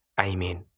amen